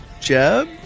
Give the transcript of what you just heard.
Jeb